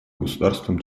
государствам